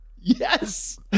Yes